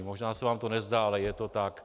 Možná se vám to nezdá, ale je to tak.